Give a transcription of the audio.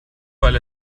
weil